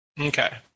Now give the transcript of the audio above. Okay